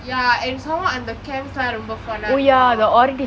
ya and somemore அந்த:antha camps எல்லாம் ரொம்ப:ellam romba fun ஆ இருக்கும்:aa irukkum